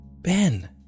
Ben